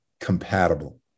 compatible